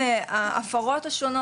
לעלות את המודעות לזכויות שלהם,